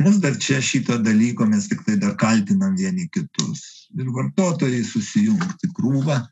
mus dar čia šito dalyko mes tiktai dar kaltinam vieni kitus ir vartotojai susijungt į krūvą